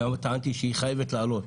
טענתי שהיא חייבת לעלות,